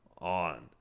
on